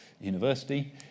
university